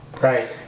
Right